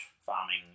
farming